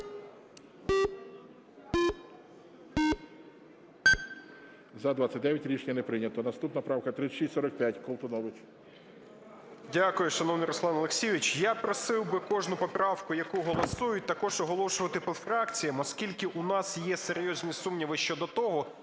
За-29 Рішення не прийнято. Наступна правка 3645, Колтунович. 21:49:58 КОЛТУНОВИЧ О.С. Дякую, шановний Руслан Олексійович. Я просив би кожну поправку, яку голосують, також оголошувати по фракціям, оскільки у нас є серйозні сумніви щодо того,